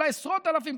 אולי עשרות אלפים,